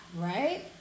right